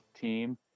team